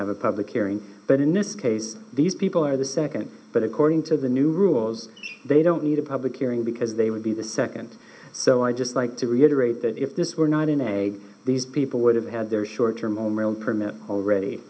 have a public hearing but in this case these people are the second but according to the new rules they don't need a public hearing because they would be the second so i just like to reiterate that if this were not in a these people would have had their short term